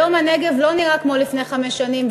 היום הנגב לא נראה כמו לפני חמש שנים,